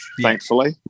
Thankfully